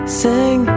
sing